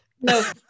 No